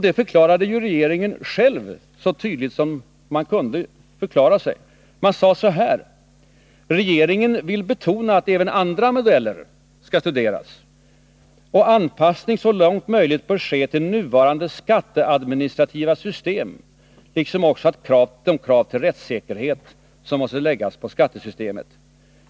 Det förklarade ju trepartiregeringen själv så tydligt man kan göra det. Regeringen sade: Regeringen vill betona att även andra modeller skall studeras och att anpassning så långt möjligt bör ske till nuvarande skatteadministrativa system, liksom också att krav på rättssäkerhet måste ställas på skattesystemet.